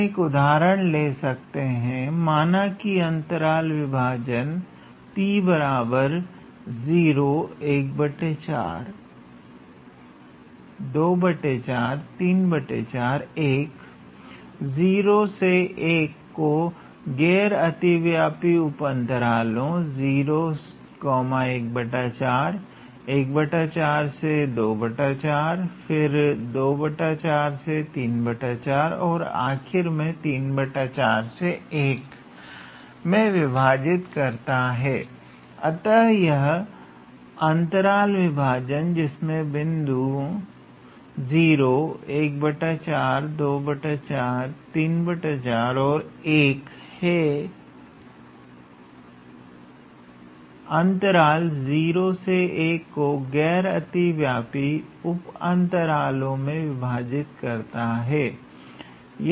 हम एक उदाहरण ले सकते हैं माना कि एक अंतराल विभाजन 0 1 को गैर अतिव्यापी उप अंतरालों से फिर से और आखिर में से 1 में विभाजित करता है अतः यह अंतराल विभाजन जिसमें बिंदु और 1 हैं अंतराल 01 को गैर अतिव्यापी उप अंतरालों में विभाजित करता है